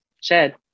shed